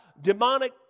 demonic